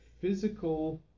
physical